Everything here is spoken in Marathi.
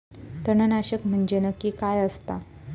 तणनाशक म्हंजे नक्की काय असता?